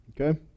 Okay